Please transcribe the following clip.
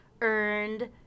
earned